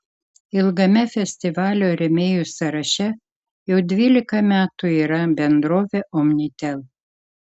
ilgame festivalio rėmėjų sąraše jau dvylika metų yra bendrovė omnitel